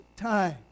times